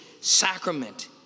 sacrament